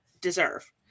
deserve